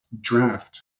draft